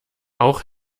auch